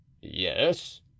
Yes